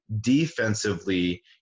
defensively